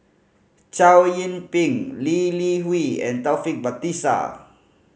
Chow Yian Ping Lee Li Hui and Taufik Batisah